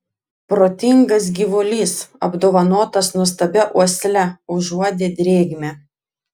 protingas gyvulys apdovanotas nuostabia uosle užuodė drėgmę